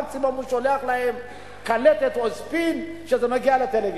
מקסימום הוא שולח להם קלטת או ספין שמגיע לטלוויזיה.